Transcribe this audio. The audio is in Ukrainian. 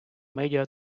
медіа